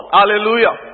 Hallelujah